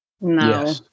No